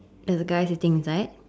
and the guy sitting beside